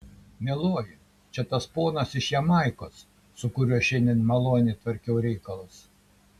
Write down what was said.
mieloji čia tas ponas iš jamaikos su kuriuo šiandien maloniai tvarkiau reikalus